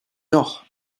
doch